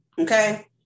Okay